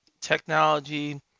technology